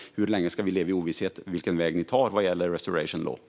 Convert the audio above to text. Hur länge ska vi leva i ovisshet om vilken väg ni tar vad gäller Restoration Law?